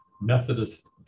Methodist